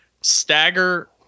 stagger